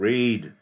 Read